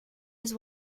his